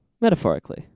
metaphorically